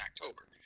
October